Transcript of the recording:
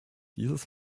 dieses